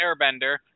Airbender